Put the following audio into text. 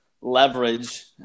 leverage